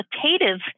qualitative